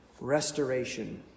restoration